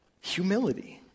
Humility